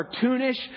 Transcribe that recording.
cartoonish